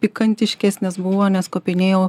pikantiškesnės buvo nes kopinėjau